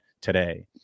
today